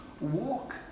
walk